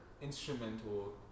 instrumental